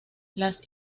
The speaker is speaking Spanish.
las